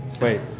Wait